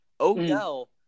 Odell